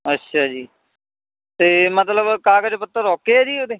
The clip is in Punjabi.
ਅੱਛਾ ਜੀ ਅਤੇ ਮਤਲਬ ਕਾਗਜ਼ ਪੱਤਰ ਓਕੇ ਹੈ ਜੀ ਉਹਦੇ